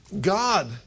God